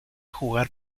jugar